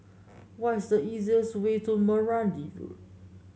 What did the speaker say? what is the easiest way to Meranti Road